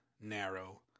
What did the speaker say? narrow